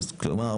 כלומר,